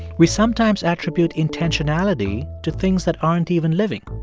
we sometimes attribute intentionality to things that aren't even living,